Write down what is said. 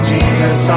Jesus